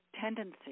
tendency